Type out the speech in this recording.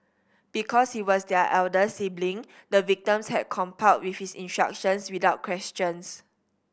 because he was their elder sibling the victims had complied with his instructions without questions